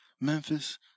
Memphis